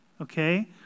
okay